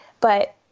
But-